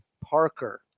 Parker